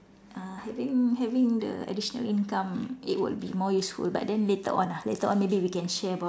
uh having having the additional income it would be more useful but then later on ah later on maybe we can share about